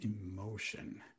emotion